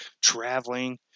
Traveling